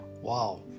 Wow